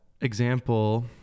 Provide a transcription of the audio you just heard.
example